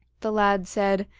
the lad said,